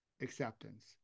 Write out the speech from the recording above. acceptance